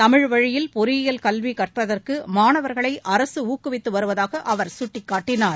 தமிழ் வழியில் பொறியியல் கல்வி கற்பதற்கு மாணவர்களை அரசு ஊக்குவித்து வருவதாக அவர் சுட்டிக்காட்டினார்